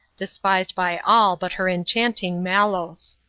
despised by all but her enchanting malos.